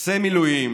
עושה מילואים